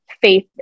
faith